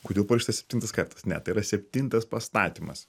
kodėl parašyta septintas kartas ne tai yra septintas pastatymas